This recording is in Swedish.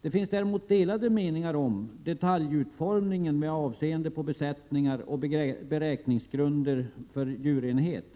Det finns däremot delade meningar om detaljutformningen med avseende på storlek på besättningar och beräkningsgrunder för djurenhet.